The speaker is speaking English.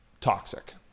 toxic